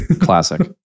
Classic